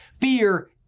fear